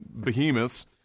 behemoths